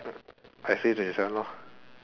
I say twenty seven lor